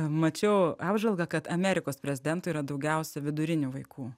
mačiau apžvalgą kad amerikos prezidentų yra daugiausia vidurinių vaikų